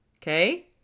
Okay